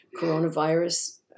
coronavirus